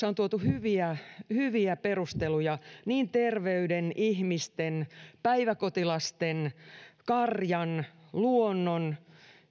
on tuotu hyviä hyviä perusteluja niin terveyden ihmisten päiväkotilasten karjan luonnon